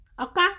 okay